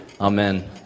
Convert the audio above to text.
Amen